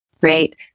Great